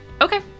Okay